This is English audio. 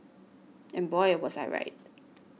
and boy was I right